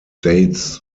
dates